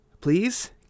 please